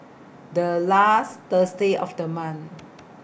The last Thursday of The month